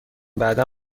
بعدا